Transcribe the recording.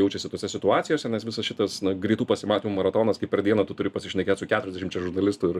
jaučiasi tose situacijose nes visas šitas na greitų pasimatymų maratonas kaip per dieną tu turi pasišnekėt su keturiasdešimčia žurnalistų ir